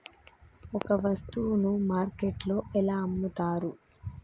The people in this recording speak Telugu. ఒక వస్తువును మార్కెట్లో ఎలా అమ్ముతరు?